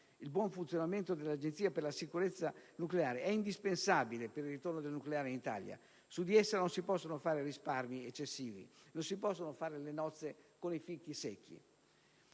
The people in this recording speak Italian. il buon funzionamento dell'Agenzia per la sicurezza nucleare è indispensabile per il ritorno del nucleare in Italia. Su di essa non si possono fare risparmi eccessivi. Non si possono fare le nozze con i fichi secchi.